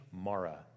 Mara